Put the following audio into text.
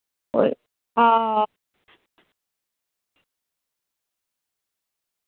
हां